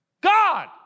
God